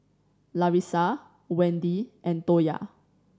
Larissa Wendi and Toya